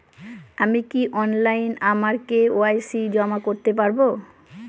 আমি কি অনলাইন আমার কে.ওয়াই.সি জমা করতে পারব?